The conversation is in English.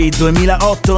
2008